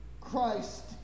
Christ